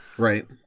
Right